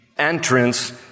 entrance